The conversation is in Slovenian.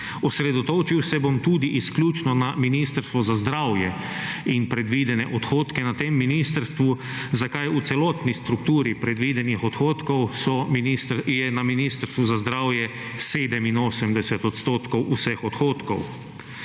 Osredotočil se bom tudi izključno na Ministrstvo za zdravje in predvidene odhodke na tem ministrstvu, zakaj v celotni strukturi predvidenih odhodkov, je na Ministrstvu za zdravje 87 % vseh odhodkov.